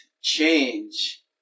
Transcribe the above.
change